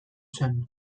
zen